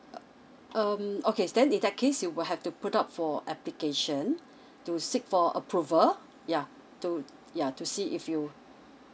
um okay then in that case you will have to put up for application to seek for approval yeah to yeah to see if you